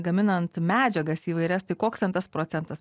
gaminant medžiagas įvairias tai koks ten tas procentas